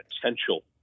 potential